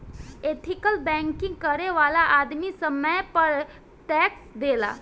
ethical banking करे वाला आदमी समय पर टैक्स देला